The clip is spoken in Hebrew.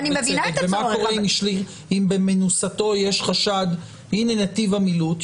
ומה אם במנוסתו יש חשד הינה נתיב המילוט,